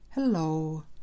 Hello